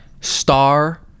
star